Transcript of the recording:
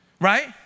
right